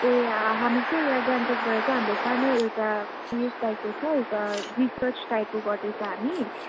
ए अँ हामी चाहिँ यहाँ गान्तोकबाट चाहिँ हाम्रो सानो एउटा न्युज चाहिएको थियो अन्त रिसर्च टाइपको गर्दैछौँ हामी